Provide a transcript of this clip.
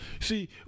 See